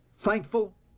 thankful